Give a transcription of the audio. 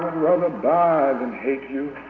rather die than hate you.